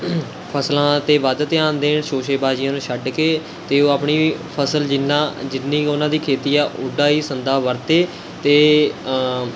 ਫ਼ਸਲਾਂ 'ਤੇ ਵੱਧ ਧਿਆਨ ਦੇਣ ਸ਼ੋਸ਼ੇਬਾਜ਼ੀਆਂ ਨੂੰ ਛੱਡ ਕੇ ਅਤੇ ਉਹ ਆਪਣੀ ਵੀ ਫ਼ਸਲ ਜਿੰਨਾ ਜਿੰਨੀ ਕੁ ਉਨ੍ਹਾਂ ਦੀ ਖੇਤੀ ਆ ਓਡਾ ਹੀ ਸੰਦ ਵਰਤੇ ਅਤੇ